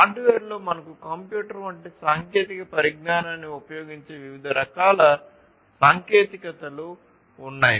హార్డ్వేర్లో మనకు కంప్యూటర్ వంటి సాంకేతిక పరిజ్ఞానాన్ని ఉపయోగించే వివిధ రకాల సాంకేతికతలు ఉన్నాయి